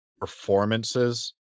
performances